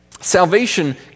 Salvation